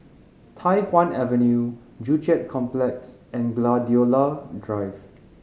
Tai Hwan Avenue Joo Chiat Complex and Gladiola Drive